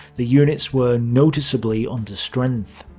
the units were noticeably understrength.